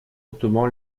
ottoman